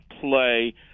play